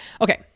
okay